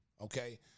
Okay